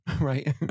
right